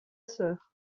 sœur